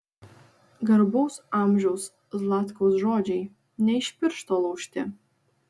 garbaus amžiaus zlatkaus žodžiai ne iš piršto laužti